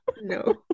No